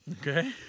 Okay